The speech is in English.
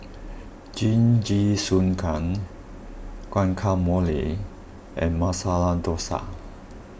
Jingisukan Guacamole and Masala Dosa